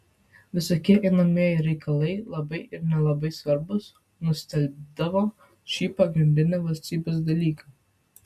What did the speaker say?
visokie einamieji reikalai labai ir nelabai svarbūs nustelbdavo šį pagrindinį valstybės dalyką